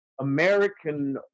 American